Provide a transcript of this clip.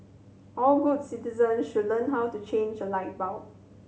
all good citizens should learn how to change a light bulb